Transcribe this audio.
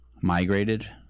migrated